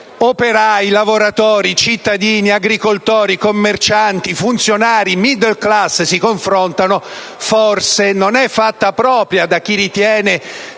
operai, lavoratori, cittadini, agricoltori, commercianti, funzionari e *middle class*, forse non è fatta propria da chi ritiene